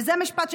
וזה משפט,